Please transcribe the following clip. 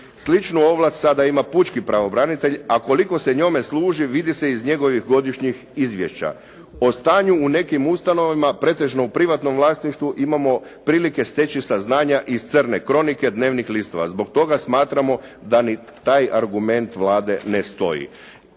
Sličnu ovlast sada ima pučki pravobranitelj, a koliko se njome služi vidi se iz njegovih godišnjih izvješća. O stanju u nekim ustanovama, pretežno u privatnom vlasništvu, imamo prilike steći saznanja iz crne kronike dnevnih listova. Zbog toga smatramo da ni taj argument Vlade ne stoji.